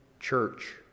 Church